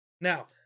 Now